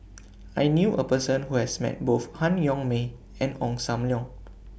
I knew A Person Who has Met Both Han Yong May and Ong SAM Leong